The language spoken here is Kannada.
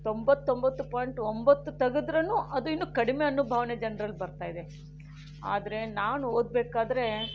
ತೊಂಬತ್ತೊಂಬತ್ತು ಪಾಯಿಂಟ್ ಒಂಬತ್ತು ತೆಗೆದ್ರೂನು ಅದು ಇನ್ನೂ ಕಡಿಮೆ ಅನ್ನೋ ಭಾವನೆ ಜನರಲ್ಲಿ ಬರ್ತಾ ಇದೆ ಆದರೆ ನಾನು ಓದಬೇಕಾದರೆ